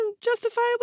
Justifiably